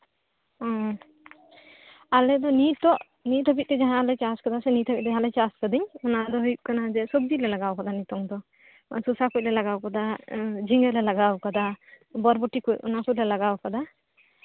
ᱦᱩᱸ ᱟᱞᱮ ᱫᱚ ᱱᱤᱛ ᱦᱚᱸ ᱥᱮ ᱱᱤᱛ ᱦᱟᱵᱤᱡ ᱛᱮ ᱡᱟᱦᱟᱸᱞᱮ ᱪᱟᱥ ᱟᱠᱟᱫᱟ ᱥᱮ ᱱᱤᱛ ᱦᱟᱵᱤᱡ ᱡᱟᱦᱟᱸᱞᱤᱧ ᱪᱟᱥ ᱠᱟᱹᱫᱟᱹᱧ ᱚᱱᱟ ᱫᱚ ᱦᱩᱭᱩᱜ ᱠᱟᱱᱟ ᱡᱮ ᱥᱚᱵᱡᱤ ᱞᱮ ᱞᱟᱜᱟᱣ ᱠᱟᱫᱟ ᱱᱤᱛᱳᱝ ᱫᱚ ᱥᱚᱥᱟ ᱠᱚᱡ ᱞᱮ ᱞᱟᱜᱟᱣ ᱠᱟᱠᱟ ᱩᱸᱜ ᱡᱷᱤᱸᱜᱟᱹ ᱠᱩᱡ ᱞᱮ ᱞᱟᱜᱟᱣ ᱟᱠᱟᱫᱟ ᱵᱚᱨᱵᱚᱴᱤ ᱠᱚᱡ ᱚᱱᱟ ᱠᱚᱞᱮ ᱞᱟᱜᱟᱣ ᱟᱠᱟᱫᱟ